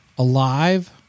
alive